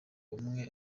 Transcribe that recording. umwe